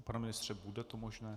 Pane ministře, bude to možné?